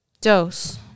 dose